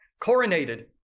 coronated